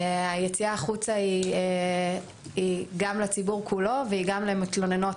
היציאה החוצה היא גם לציבור כולו והיא גם למתלוננות